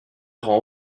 rend